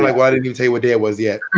why why did you say what day it was yet?